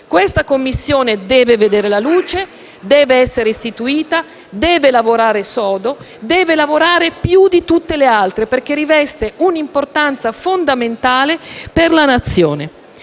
Questa Commissione deve vedere la luce, deve essere istituita, deve lavorare sodo, deve lavorare più di tutte le altre, perché riveste un'importanza fondamentale per la nazione.